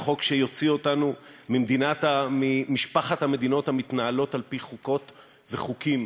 אל חוק שיוציא אותנו ממשפחת המדינות המתנהלות על-פי חוקות וחוקים